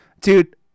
Dude